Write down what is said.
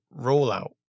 rollout